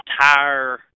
entire